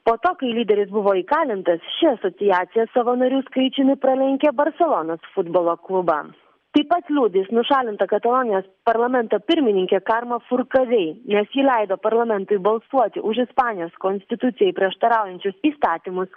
po to kai lyderis buvo įkalintas ši asociacija savo narių skaičiumi pralenkė barselonos futbolo klubams taip pat liudys nušalinta katalonijos parlamento pirmininkė karma furkavei nes ji leido parlamentui balsuoti už ispanijos konstitucijai prieštaraujančius įstatymus